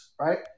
right